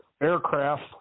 aircraft